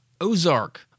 Ozark